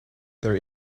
there